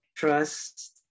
trust